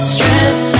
Strength